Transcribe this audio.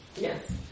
Yes